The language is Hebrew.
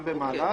גם במהלך.